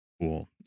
Cool